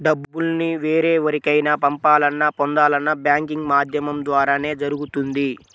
డబ్బుల్ని వేరెవరికైనా పంపాలన్నా, పొందాలన్నా బ్యాంకింగ్ మాధ్యమం ద్వారానే జరుగుతుంది